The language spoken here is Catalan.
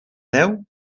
deu